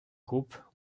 groupe